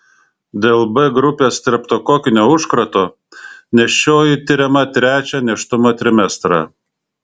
dėl b grupės streptokokinio užkrato nėščioji tiriama trečią nėštumo trimestrą